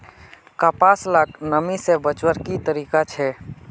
कपास लाक नमी से बचवार की तरीका छे?